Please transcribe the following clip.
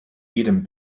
jedem